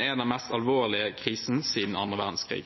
er den mest alvorlige krisen siden annen verdenskrig.